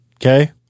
Okay